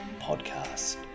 Podcast